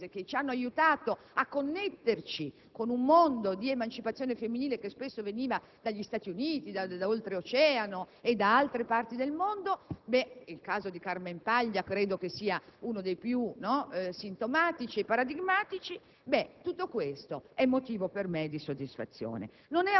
filosofe nel nostro Paese che ci hanno aiutato a connetterci con un mondo di emancipazione femminile, spesso proveniente dagli Stati Uniti, da Oltreoceano e da altre parti del mondo (il caso di Camille Paglia credo che sia uno dei più sintomatici e paradigmatici). Tutto questo è motivo per me